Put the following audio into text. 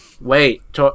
Wait